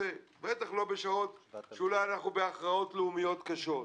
בטח לא בשעות שאולי אנחנו בהכרעות לאומיות קשות.